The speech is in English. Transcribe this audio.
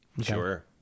Sure